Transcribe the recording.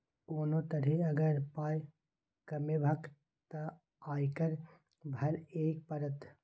कोनो तरहे अगर पाय कमेबहक तँ आयकर भरइये पड़त